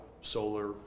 solar